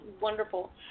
wonderful